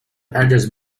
eldest